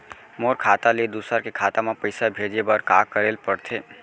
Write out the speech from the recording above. मोर खाता ले दूसर के खाता म पइसा भेजे बर का करेल पढ़थे?